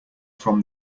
from